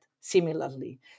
similarly